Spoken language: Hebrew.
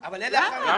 אבל אלה החריגים.